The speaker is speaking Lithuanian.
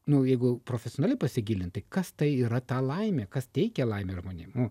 nu jeigu profesionaliai pasigilint tai kas tai yra ta laimė kas teikia laimę žmonėm nu